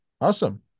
Awesome